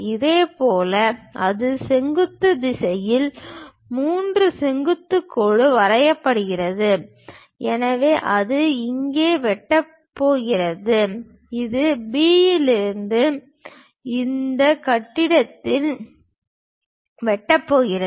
இதேபோல் அது செங்குத்து திசையில் 3 செங்குத்து கோடு வரையப்படுகிறது எனவே அது இங்கே வெட்டப் போகிறது இது B இலிருந்து இந்த கட்டத்தில் வெட்டப் போகிறது